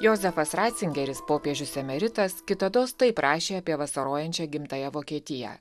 jozefas racingeris popiežius emeritas kitados taip rašė apie vasarojančią gimtąją vokietiją